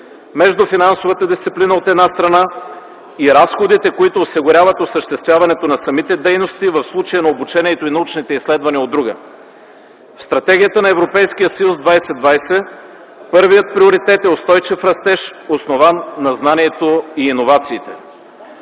между финансовата дисциплина, от една страна, и разходите, които осигуряват осъществяването на самите дейности, в случая на обучението и научните изследвания – от друга. В Стратегията на Европейския съюз 2020 първият приоритет е устойчив растеж, основан на знанието и иновациите.